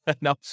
No